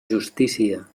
justícia